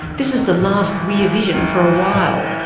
this is the last rear vision for a while.